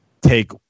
take